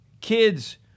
kids